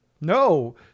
No